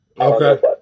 Okay